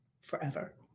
forever